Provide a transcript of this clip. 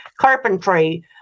carpentry